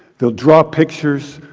they'll draw pictures,